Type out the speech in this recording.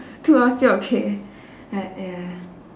two hours still okay but ya